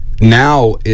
now